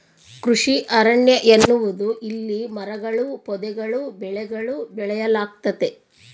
ಕೃಷಿ ಅರಣ್ಯ ಎನ್ನುವುದು ಇಲ್ಲಿ ಮರಗಳೂ ಪೊದೆಗಳೂ ಬೆಳೆಗಳೂ ಬೆಳೆಯಲಾಗ್ತತೆ